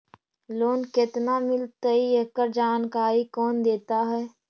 Loan केत्ना मिलतई एकड़ जानकारी कौन देता है?